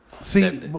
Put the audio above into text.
See